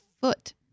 foot